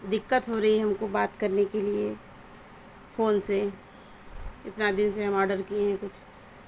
دقت ہو رہی ہے ہم کو بات کرنے کے لیے فون سے اتنا دن سے ہم آڈر کیے ہیں کچھ